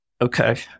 Okay